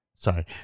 Sorry